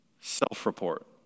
self-report